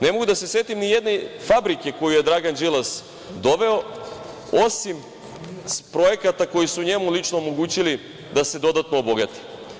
Ne mogu da se setim ni jedne fabrike koju je Dragan Đilas doveo, osim projekata koji su njemu lično omogućili da se dodatno obogati.